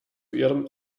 ihrem